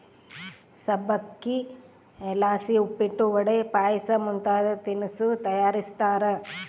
ಸಬ್ಬಕ್ಶಿಲಾಸಿ ಉಪ್ಪಿಟ್ಟು, ವಡೆ, ಪಾಯಸ ಮುಂತಾದ ತಿನಿಸು ತಯಾರಿಸ್ತಾರ